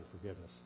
forgiveness